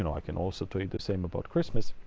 and i can also tell you the same about christmas.